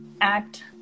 act